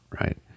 right